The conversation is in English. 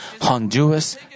Honduras